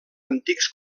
antics